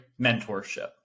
mentorship